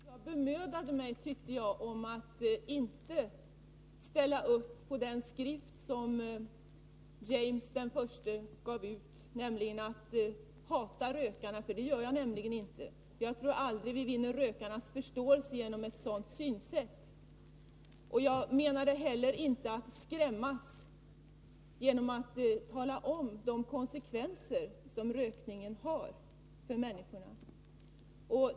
Herr talman! Jag bemödade mig, tyckte jag, att inte ställa upp på den skrift som James I gav ut med uppmaningen att hata rökarna. Det gör jag nämligen inte. Jag tror aldrig vi vinner rökarnas förståelse genom ett sådant synsätt. Genom att berätta om de konsekvenser som rökningen har för människorna menade jag inte heller att skrämmas.